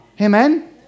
Amen